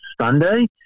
sunday